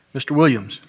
mr. williams.